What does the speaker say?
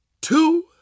two